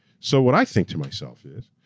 so what i think to myself is,